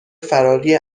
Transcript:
فراری